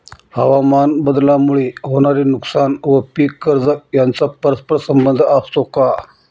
हवामानबदलामुळे होणारे नुकसान व पीक कर्ज यांचा परस्पर संबंध असतो का?